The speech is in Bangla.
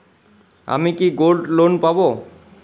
আমি কি গোল্ড লোন পাবো?